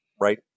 right